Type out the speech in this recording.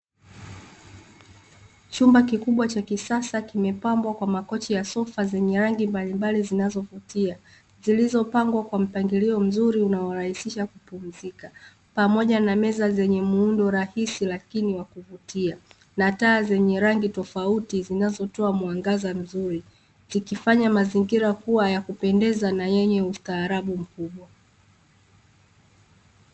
Chumba kikubwa cha kisasa kimepambwa kwa makochi ya sofa zenye rangi mbalimbali zinazovutia. Zilizopangwa kwa mpangilio mzuri unaorahisisha kupumzika. Pamoja na meza zenye muundo rahisi lakini wa kuvutia na taa zenye rangi tofauti zinazotoa mwangaza mzuri, zikifanya mazingira kuwa ya kupendeza na yenye ustaarabu mkubwa.